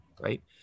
right